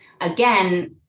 again